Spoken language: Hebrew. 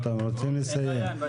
אנחנו רוצים לסיים.